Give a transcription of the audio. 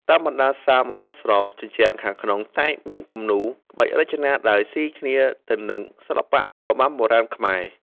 តាមបណ្ដាសាលមហោស្រព ជញ្ជាំងខាងក្នុងតែងមានគំនូរក្បាច់រចនាដែលស៊ីគ្នាទៅនឹងសិល្បៈរបាំបុរាណខ្មែរ។